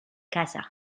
casa